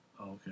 Okay